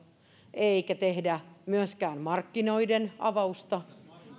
eikä tehdä myöskään markkinoiden avausta